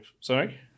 Sorry